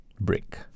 brick